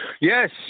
Yes